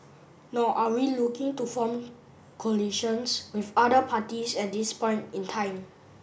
nor are we looking to form coalitions with other parties at this point in time